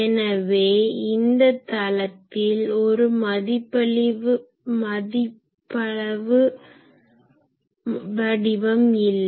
எனவே இந்த தளத்தில் ஒரு மதிப்பளவு வடிவம் இல்லை